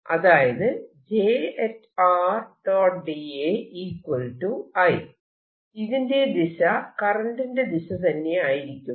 അതായത് ഇതിന്റെ ദിശ കറന്റിന്റെ ദിശ തന്നെയായിരിക്കും